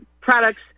products